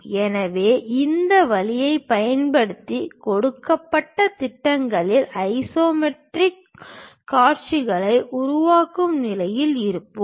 எனவே இந்த வழியைப் பயன்படுத்தி கொடுக்கப்பட்ட திட்டங்களின் ஐசோமெட்ரிக் காட்சிகளை உருவாக்கும் நிலையில் இருப்போம்